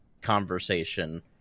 conversation